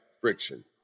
friction